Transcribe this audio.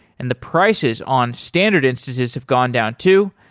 and the prices on standard instances have gone down too.